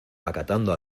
acatando